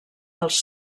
dels